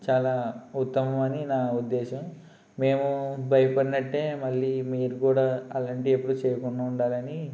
చాలా ఉత్తమం అని నా ఉద్దేశం మేము భయపడినట్టే మళ్ళీ మీరు కూడా అలాంటి ఎప్పుడు చేయకుండా ఉండాలని